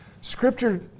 Scripture